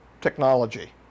technology